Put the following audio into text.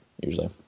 usually